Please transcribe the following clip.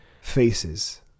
faces